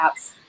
apps